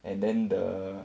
and then the